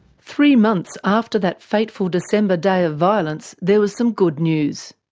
three months after that fateful december day of violence, there was some good news.